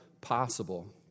possible